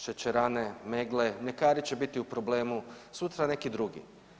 Šećerane, Meggle, mljekari će biti u problemu, sutra neki drugi.